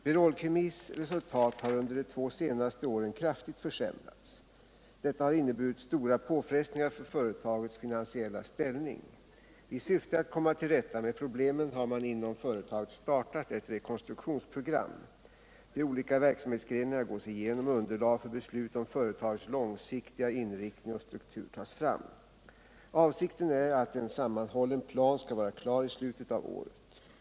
Berol Kemis resultat har under de två senaste åren kraftigt försämrats. Detta har inneburit stora påfrestningar på företagets finansiella ställning. I syfte att komma till rätta med problemen har man inom företaget startat ett rekonstruktionsprogram. De olika verksamhetsgrenarna gås igenom, och underlag för beslut om företagets långsiktiga inriktning och struktur tas fram. Avsikten är att en sammanhållen plan skall vara klar i slutet av året.